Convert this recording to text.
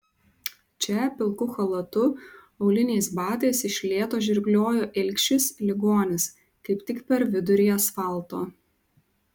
čia pilku chalatu auliniais batais iš lėto žirgliojo ilgšis ligonis kaip tik per vidurį asfalto